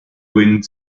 wind